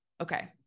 okay